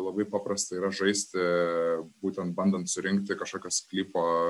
labai paprasta yra žaisti būtent bandant surinkti kažkokią sklypo